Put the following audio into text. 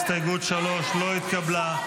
הסתייגות 3 לא התקבלה.